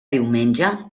diumenge